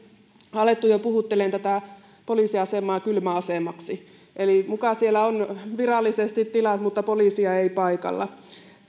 alettu jo puhuttelemaan tätä poliisiasemaa kylmäasemaksi eli siellä on muka virallisesti tilat mutta poliisia ei paikalla